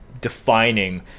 defining